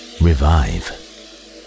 revive